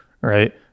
right